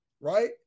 right